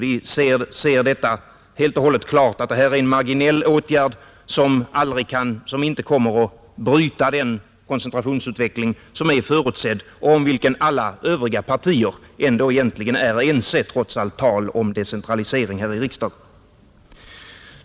Vi betraktar förslaget om utflyttning som en marginell åtgärd, som inte kommer att bryta den koncentrationsutveckling som är förutsedd och om vilken alla övriga partier ändå egentligen är ense, trots allt tal om decentralisering här i riksdagen.